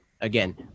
Again